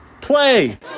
play